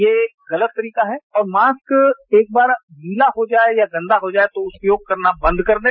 ये गलत तरीका है और मास्क एक बार गीला हो जाए या गंदा हो जाए तो उपयोग करना बंद कर दें